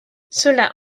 cela